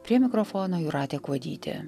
prie mikrofono jūratė kuodytė